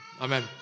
Amen